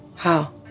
how